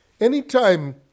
Anytime